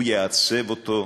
הוא יעצב אותו,